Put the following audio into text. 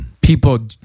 People